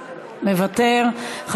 מוותר,